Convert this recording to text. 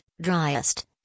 driest